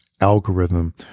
algorithm